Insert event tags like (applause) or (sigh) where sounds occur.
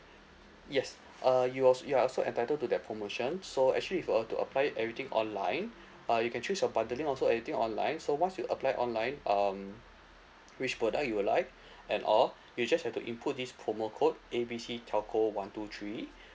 yes uh you al~ you are also entitled to that promotion so actually if you will to apply it everything online (breath) uh you can choose your bundling also everything online so once you apply online um which product you will like (breath) and all you just have to input this promo code A B C telco one two three (breath)